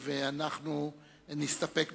ואנחנו נסתפק בכך.